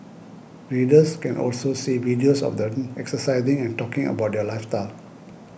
readers can also see videos of them exercising and talking about their lifestyle